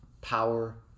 power